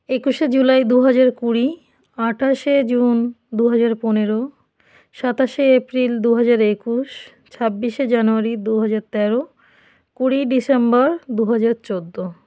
একুশে জুলাই দু হাজার কুড়ি আঠাশে জুন দু হাজার পনেরো সাতাশে এপ্রিল দু হাজার একুশ ছাব্বিশে জানুয়ারি দু হাজার তেরো কুড়িই ডিসেম্বর দু হাজার চোদ্দো